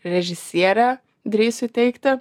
režisierė drįsiu teigti